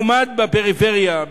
לעומת הפריפריה,